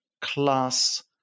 class